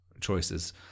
choices